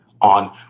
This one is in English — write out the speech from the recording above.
on